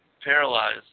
paralyzed